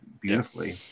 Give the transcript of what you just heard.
beautifully